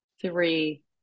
three